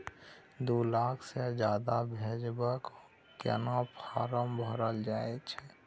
दू लाख से ज्यादा भेजबाक केना फारम भरल जाए छै?